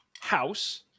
house